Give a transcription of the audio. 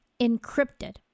encrypted